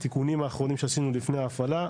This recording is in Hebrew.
התיקונים האחרונים שעשינו לפני ההפעלה,